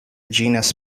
genus